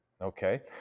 Okay